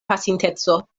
pasinteco